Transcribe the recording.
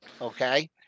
okay